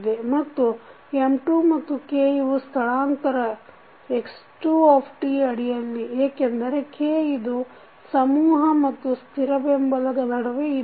ಮತ್ತು M2 ಮತ್ತು K ಇವು ಸ್ಥಳಾಂತರ x2 ಅಡಿಯಲ್ಲಿ ಏಕೆಂದರೆ K ಇದು ಸಮೂಹ ಮತ್ತು ಸ್ಥಿರ ಬೆಂಬಲದ ನಡುವೆ ಇದೆ